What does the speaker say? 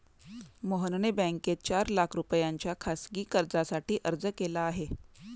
मोहनने बँकेत चार लाख रुपयांच्या खासगी कर्जासाठी अर्ज केला आहे